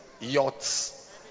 Yachts